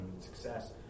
success